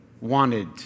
wanted